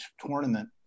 tournament